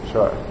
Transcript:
Sure